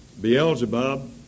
Beelzebub